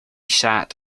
sat